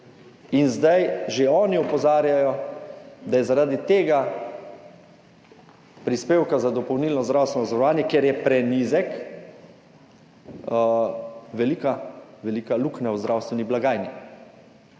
in zdaj že oni opozarjajo, da je zaradi tega prispevka za dopolnilno zdravstveno zavarovanje, ker je prenizek, velika velika luknja v zdravstveni blagajni.